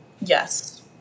Yes